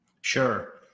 sure